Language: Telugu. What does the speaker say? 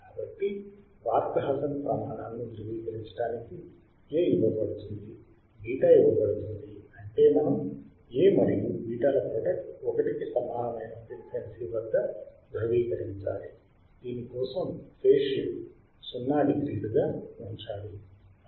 కాబట్టి బార్క్ హాసన్ ప్రమాణాలను ధృవీకరించడానికి A ఇవ్వబడుతుంది β ఇవ్వబడుతుంది అంటే మనం A మరియు β ల ప్రోడక్ట్ 1 కి సమానమైన ఫ్రీక్వెన్సీ వద్ద ధృవీకరించాలి దీని కోసం ఫేజ్ షిఫ్ట్ 0 డిగ్రీలుగా ఉంచాలి